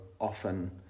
often